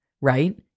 right